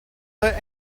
there